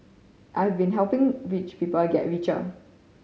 I have been helping rich people get richer